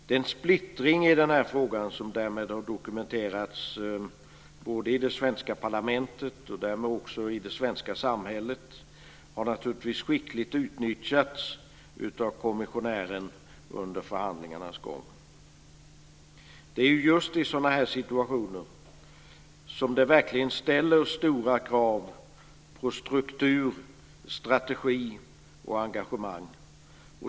Den splittring i den här frågan som därmed har dokumenterats i det svenska parlamentet och därmed också i det svenska samhället har naturligtvis skickligt utnyttjats av kommissionären under förhandlingarnas gång. Det är just i sådana här situationer som det verkligen ställer stora krav på struktur, strategi och engagemang.